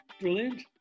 Brilliant